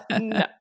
No